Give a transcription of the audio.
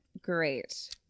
great